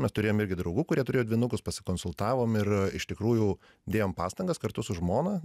mes turėjom irgi draugų kurie turėjo dvynukus pasikonsultavom ir iš tikrųjų dėjom pastangas kartu su žmona